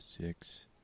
six